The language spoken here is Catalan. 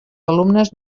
alumnes